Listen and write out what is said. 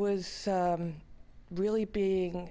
was really being